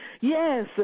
Yes